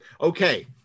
Okay